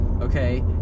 Okay